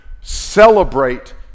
celebrate